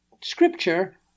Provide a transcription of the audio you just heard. scripture